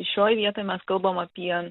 šioj vietoj mes kalbam apie